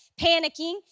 panicking